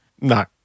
No